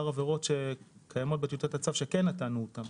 עבירות שקיימות בטיוטת הצו שכן נתנו אותן,